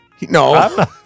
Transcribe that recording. no